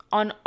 on